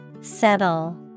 Settle